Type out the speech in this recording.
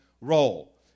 role